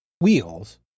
wheels